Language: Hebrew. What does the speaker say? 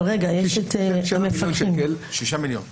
יש מפקחים.